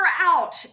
out